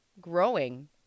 growing